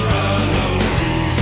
Halloween